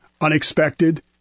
unexpected